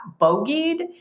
bogeyed